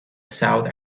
south